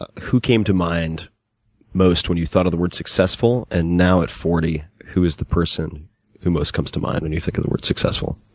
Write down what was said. ah who came to mind most when you thought of the word successful, and now, at forty, who is the person who most comes to mind when you think of the word successful?